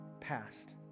past